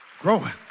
Growing